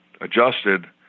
adjusted